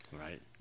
Right